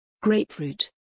Grapefruit